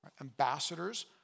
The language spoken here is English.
ambassadors